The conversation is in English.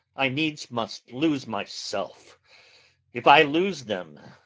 i needs must lose myself if i lose them,